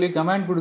command